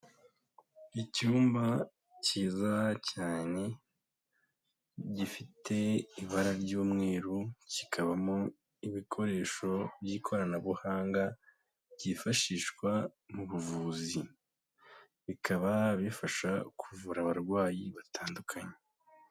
Icyumba kiza cyane, gifite ibara ry'umweru, kikabamo ibikoresho by'ikoranabuhanga byifashishwa mu buvuzi, bikaba bifasha kuvura abarwayi batandukanye.